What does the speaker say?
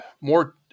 more